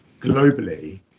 globally